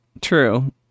True